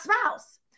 spouse